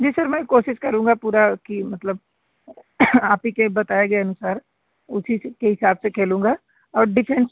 जी sir मैं कोशिश करूँगा पूरा कि मतलब आप ही के बताए गए अनुसार उसी के हिसाब से खेलूँगा और डिफेंस